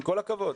עם כל הכבוד.